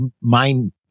mind